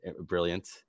brilliant